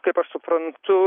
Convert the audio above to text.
kaip aš suprantu